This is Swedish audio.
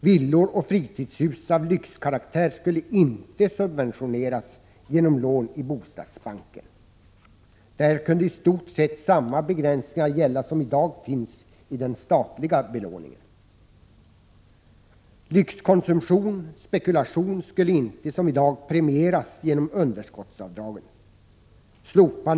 Villor och fritidshus av lyxkaraktär skulle inte subventioneras genom lån i bostadsbanken. Där kunde i stort sett samma begränsningar gälla som i dag finns vid den statliga belåningen. Lyxkonsumtion och spekulation skulle inte som i dag premieras genom underskottsavdragen.